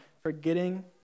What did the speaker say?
forgetting